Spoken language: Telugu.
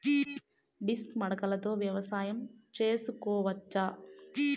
డిస్క్ మడకలతో వ్యవసాయం చేసుకోవచ్చా??